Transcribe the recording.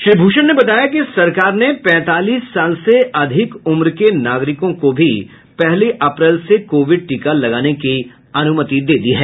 श्री भूषण ने बताया कि सरकार ने पैंतालस साल से अधिक उम्र के नागरिकों को भी पहली अप्रैल से कोविड टीका लगाने की अनुमति दे दी है